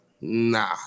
Nah